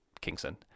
Kingston